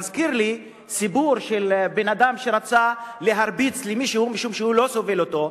מזכיר לי סיפור של בן-אדם שרצה להרביץ למישהו משום שהוא לא סובל אותו.